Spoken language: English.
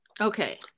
Okay